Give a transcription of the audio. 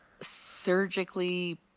surgically